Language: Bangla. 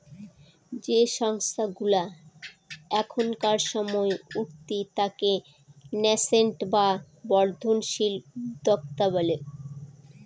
যে সংস্থাগুলা এখনকার সময় উঠতি তাকে ন্যাসেন্ট বা বর্ধনশীল উদ্যোক্তা বলে